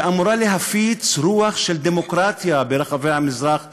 שאמורה להפיץ רוח של דמוקרטיה ברחבי המזרח התיכון,